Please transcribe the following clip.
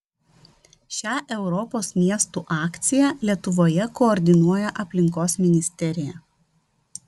šią europos miestų akciją lietuvoje koordinuoja aplinkos ministerija